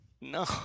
no